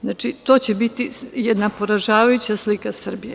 Znači, to će biti jedna poražavajuća slika Srbije.